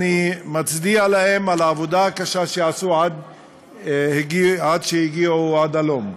אני מצדיע להם על העבודה הקשה שעשו עד שהגיעו עד הלום.